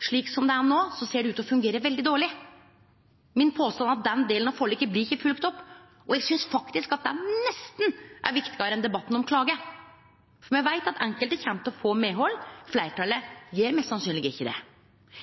ser det ut til å fungere veldig dårleg. Min påstand er at den delen av forliket ikkje blir følgd opp, og eg synest faktisk at det – nesten – er viktigare enn debatten om klage. For me veit at enkelte kjem til å få medhald. Fleirtalet gjer mest sannsynleg ikkje det.